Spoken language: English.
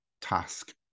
task